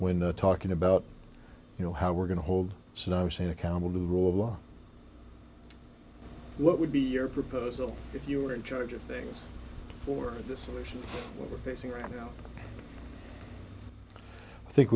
when talking about you know how we're going to hold saddam hussein accountable to the rule of law what would be your proposal if you were in charge of things or the solution we're facing right now i think